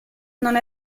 non